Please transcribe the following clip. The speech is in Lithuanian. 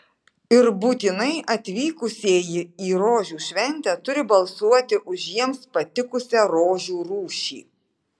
ir būtinai atvykusieji į rožių šventę turi balsuoti už jiems patikusią rožių rūšį